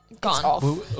Gone